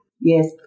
Yes